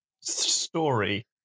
story